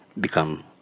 become